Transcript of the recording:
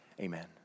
amen